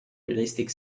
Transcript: realistic